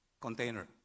container